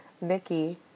Nikki